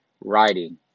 writing